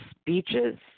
speeches